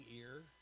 ear